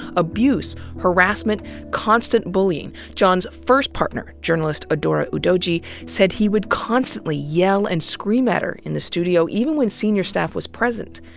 abuse, harassment, and constant bullying. john's first partner, journalist adaora udoji said he would constantly yell and scream at her in the studio, even when senior staff was present.